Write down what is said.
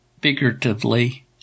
figuratively